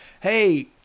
Hey